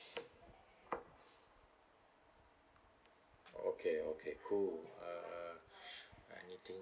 okay okay cool uh anything